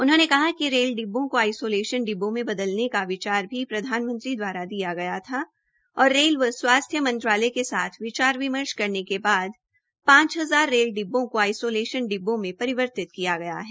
उन्होंने कहा कि रेल डिब्बों को आइसोलेशन डिब्बों में बदलने का विचार भी प्रधानमंत्री द्वारा दिया गया था और रेल व स्वास्थ्य मंत्रालय के साथ विचार विमर्श करते के बाद पांच हजार रेल डिब्बों को आइसोलेशन डिब्बों में परिवर्तित किया गया है